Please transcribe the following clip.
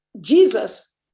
Jesus